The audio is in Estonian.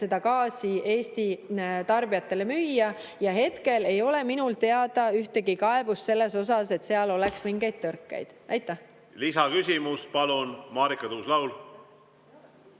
seda gaasi Eesti tarbijatele müüa. Ja hetkel ei ole minul teada ühtegi kaebust selle kohta, et seal oleks mingeid tõrkeid. Lisaküsimus. Palun, Marika Tuus-Laul!